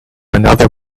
another